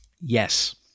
Yes